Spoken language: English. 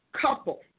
couple